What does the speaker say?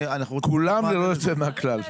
כולם ללא יוצא מן הכלל.